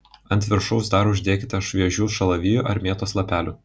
ant viršaus dar uždėkite šviežių šalavijų ar mėtos lapelių